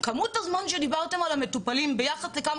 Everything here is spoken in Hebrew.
כמות הזמן שדיברתם על המטופלים ביחס לכמה